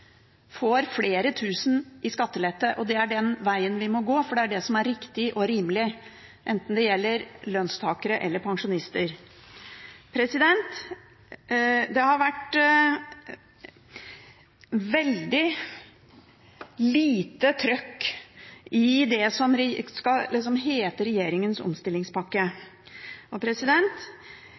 får flere tusen i skattelette. Det er den veien vi må gå, for det er det som er riktig og rimelig, enten det gjelder lønnstakere eller pensjonister. Det har vært veldig lite trøkk i det som liksom skal hete regjeringens omstillingspakke.